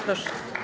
Proszę.